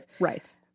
Right